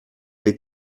des